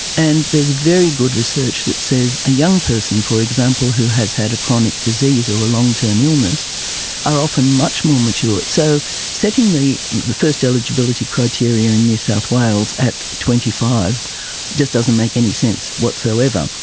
and there's very good research that says a young person, for example, who has had a chronic disease or along-term illness are often much more mature. so setting the the first eligibility criteria in new south wales at twenty five just doesn't make any sense whatsoever.